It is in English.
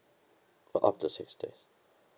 oh up to six days